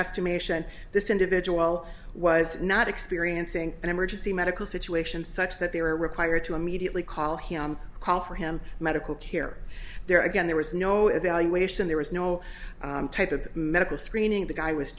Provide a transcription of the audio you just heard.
estimation this individual was not experiencing an emergency medical situation such that they were required to immediately call him call for him medical care there again there was no evaluation there was no type of medical screening the guy was